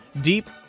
deep